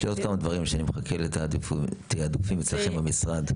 יש לי עוד כמה דברים שאני מחכה לתעדופים אצלכם במשרד,